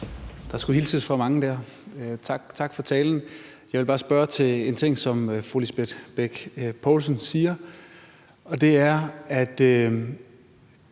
Der skulle hilses fra mange dér. Tak for talen. Jeg vil bare spørge til en ting, som fru Lisbeth Bech-Nielsen siger. Det er, at